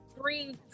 three